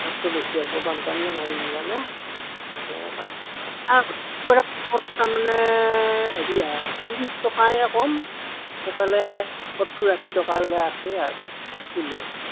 দামটো বেছি অলপমান বানপানীয়ে মাৰি নিলে নে তাৰমানে হেৰি আঁ ত্ৰিছ টকায়ে কম সিফালে সত্তৰ আশী টকালৈ আছেই আৰু কিলো